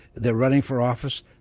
they're running for office,